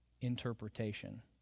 interpretation